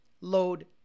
load